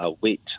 wait